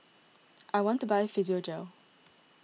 I want to buy Physiogel